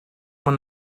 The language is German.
man